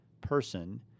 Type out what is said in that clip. Person